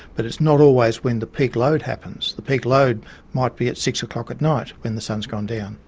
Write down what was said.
but it's not always when the peak load happens. the peak load might be at six o'clock at night when the sun has gone down.